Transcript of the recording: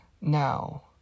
Now